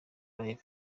live